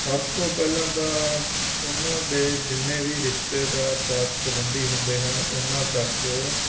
ਸਭ ਤੋਂ ਪਹਿਲਾਂ ਤਾਂ ਉਹਨਾਂ ਦੇ ਜਿੰਨੇ ਵੀ ਰਿਸ਼ਤੇਦਾਰ ਸਾਕ ਸੰਬੰਧੀ ਹੁੰਦੇ ਹਨ ਉਹਨਾਂ ਤੱਕ